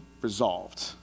resolved